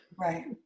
Right